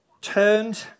turned